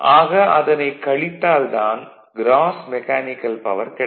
ஆக அதனைக் கழித்தால் தான் க்ராஸ் மெகானிக்கல் பவர் கிடைக்கும்